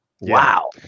Wow